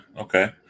Okay